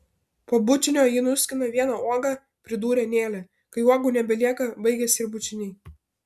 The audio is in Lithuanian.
po bučinio ji nuskina vieną uogą pridūrė nelė kai uogų nebelieka baigiasi ir bučiniai